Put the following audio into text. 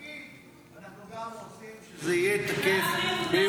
תגיד: אנחנו גם רוצים שזה יהיה תקף ליהודה ושומרון.